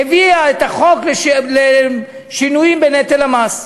הביאה את החוק לשינויים בנטל המס,